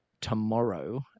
tomorrow